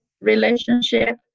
relationship